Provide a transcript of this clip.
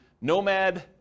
Nomad